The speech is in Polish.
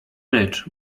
rycz